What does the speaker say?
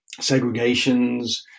segregations